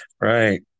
Right